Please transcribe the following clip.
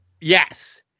Yes